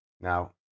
Now